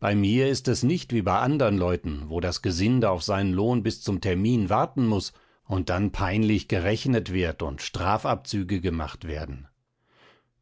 bei mir ist es nicht wie bei anderen leuten wo das gesinde auf seinen lohn bis zum termin warten muß und dann peinlich gerechnet wird und strafabzüge gemacht werden